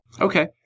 okay